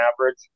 average